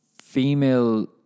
female